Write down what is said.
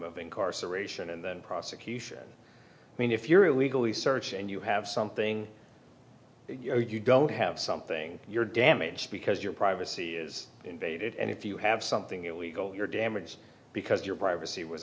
of incarceration and then prosecution i mean if you're illegally search and you have something you know you don't have something you're damaged because your privacy is invaded and if you have something illegal you're damaged because your privacy was